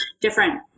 different